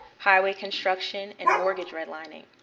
highway construction, and mortgage redlining.